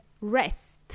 rest